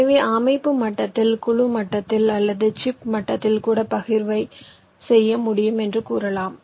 எனவே அமைப்பு மட்டத்தில் குழு மட்டத்தில் அல்லது சிப் மட்டத்தில் கூட பகிர்வை செய்ய முடியும் என்று கூறலாம்